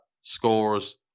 scores